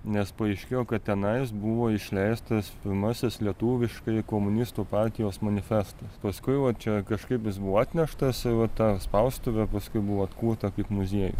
nes paaiškėjo kad tenais buvo išleistas pirmasis lietuviškai komunistų partijos manifestas paskui va čia kažkaip jis buvo atneštas ir va ta spaustuvė paskui buvo atkurta kaip muziejus